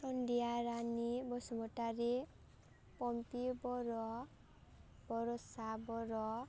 सान्दिया रानि बसुमतारि पम्पि बर' बर'सा बर'